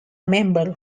member